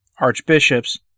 archbishops